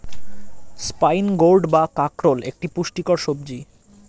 spine gourd বা কাঁকরোল একটি পুষ্টিকর সবজি